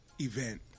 event